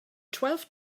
twelve